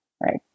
Right